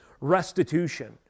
restitution